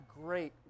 great